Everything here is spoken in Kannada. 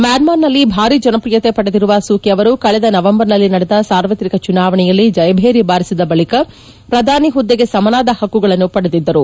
ಮ್ಯಾನ್ತಾರ್ನಲ್ಲಿ ಭಾರಿ ಜನಪ್ರಿಯತೆ ಪಡೆದಿರುವ ಸೂಕಿ ಅವರು ಕಳೆದ ನವೆಂಬರ್ನಲ್ಲಿ ನಡೆದ ಸಾರ್ವತ್ರಿಕ ಚುನಾವಣೆಯಲ್ಲಿ ಜಯಭೇರಿ ಬಾರಿಸಿದ ಬಳಿಕ ಪ್ರಧಾನಿ ಹುದ್ದೆಗೆ ಸಮನಾದ ಹಕ್ಕುಗಳನ್ನು ಪಡೆದಿದ್ದರು